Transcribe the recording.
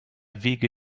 wege